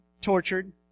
tortured